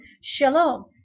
Shalom